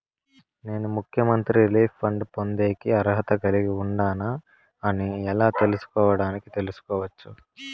నేను ముఖ్యమంత్రి relief fund పొందేకి అర్హత కలిగి ఉండానా అని ఎలా తెలుసుకోవడానికి తెలుసుకోవచ్చు